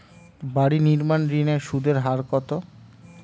বাড়ি নির্মাণ ঋণের সুদের হার কত?